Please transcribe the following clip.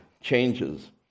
changes